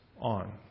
on